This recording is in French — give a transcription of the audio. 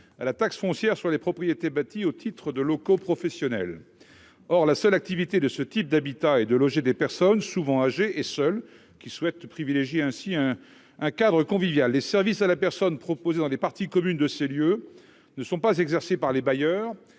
par la loi Élan, à la TFPB au titre de locaux professionnels. Or la seule activité de ce type d'habitat est de loger des personnes souvent âgées et seules, souhaitant privilégier un cadre convivial. Les services à la personne proposés dans les parties communes de ces lieux ne sont pas exercés par les bailleurs,